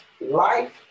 life